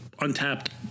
Untapped